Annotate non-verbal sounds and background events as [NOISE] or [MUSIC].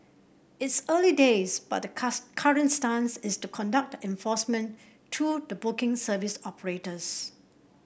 it's early days but the [UNINTELLIGIBLE] current stance is to conduct the enforcement through the booking service operators